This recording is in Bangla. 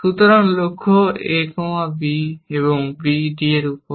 সুতরাং লক্ষ্য a b এবং b d এর উপর